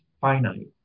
finite